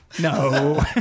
No